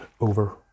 over